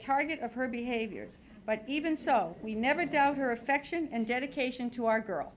target of her behaviors but even so we never doubt her affection and dedication to our girl